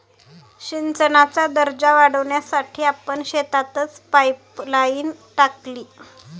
सिंचनाचा दर्जा वाढवण्यासाठी आपण शेतातच पाइपलाइन टाकली